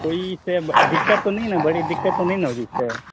کوئی اس سے دقت تو نہیں ہے نا بڑی دقت تو نہیں نا ہوگی اس سے